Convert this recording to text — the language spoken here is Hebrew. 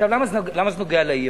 עכשיו, למה זה נוגע לאי-אמון?